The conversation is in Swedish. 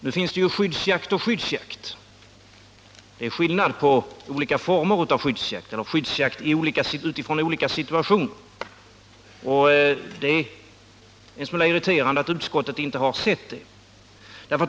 Nu är det skillnad på skyddsjakt och skyddsjakt, beroende på vilken situation det gäller. Det är en smula irriterande att utskottet inte har sett det.